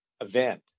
event